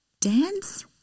Dance